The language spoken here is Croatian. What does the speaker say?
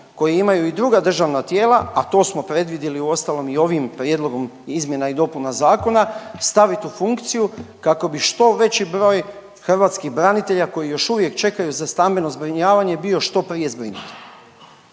koji imaju i druga državna tijela, a to smo predvidjeli uostalom i ovim prijedlogom izmjena i dopuna staviti u funkciju kako bi što veći broj hrvatskih branitelja koji još uvijek čekaju za stambeno zbrinjavanje je bio što prije zbrinut.